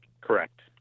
Correct